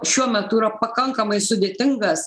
šiuo metu yra pakankamai sudėtingas